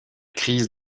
crise